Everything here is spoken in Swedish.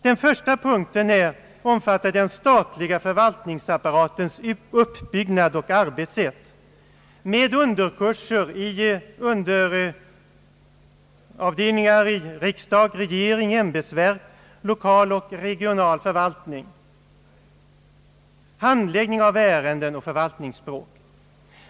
Den första avdelningen avser den statliga förvaltningsapparatens uppbyggnad och arbetssätt, med underavdelningarna riksdag, regering och ämbetsverk, lokal och regional förvaltning, handläggning av ärenden och förvaltningsspråk.